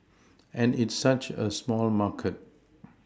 and it's such a small market